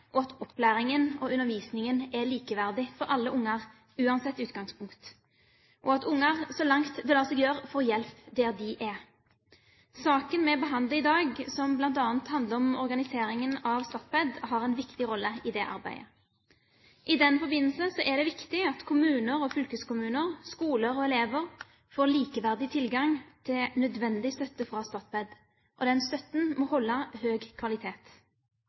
og at opplæringen og undervisningen er likeverdig for alle barn, uansett utgangspunkt, og at barn, så langt det lar seg gjøre, får hjelp der de er. Saken vi behandler i dag, som bl.a. handler om organiseringen av Statped, har en viktig rolle i det arbeidet. I den forbindelse er det viktig at kommuner og fylkeskommuner, skoler og elever får likeverdig tilgang til nødvendig støtte fra Statped, og den støtten må holde høy kvalitet.